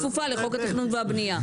אני כפופה לחוק התכנון והבנייה.